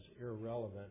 irrelevant